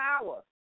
power